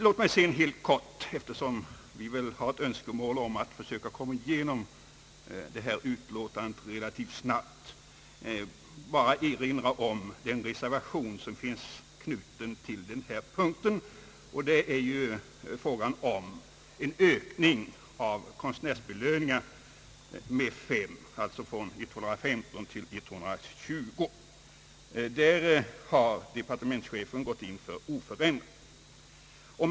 Låt mig sedan helt kort — eftersom det är ett allmänt önskemål att vi skall komma igenom behandlingen av detta utlåtande relativt snabbt — bara erinra om den reservation som är knuten till denna punkt. Den gäller frågan om en ökning av antalet konstnärsbelöningar med fem, dvs. från 11535 till 120. Departementschefen har föreslagit oförändrat antal.